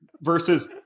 Versus